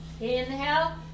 Inhale